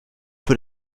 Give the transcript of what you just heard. für